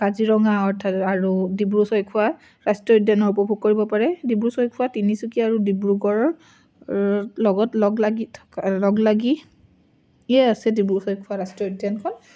কাজিৰঙা অৰ্থাৎ আৰু ডিব্ৰু ছৈখোৱা ৰাষ্ট্ৰীয় উদ্যানৰ উপভোগ কৰিব পাৰে ডিব্ৰু ছৈখোৱা তিনিচুকীয়া আৰু ডিব্ৰুগড়ৰ লগত লগ লাগি থকা লগ লাগিয়ে আছে ডিব্ৰু ছৈখোৱা ৰাষ্ট্ৰীয় উদ্যানখন